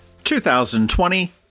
2020